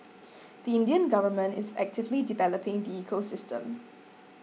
the Indian government is actively developing the ecosystem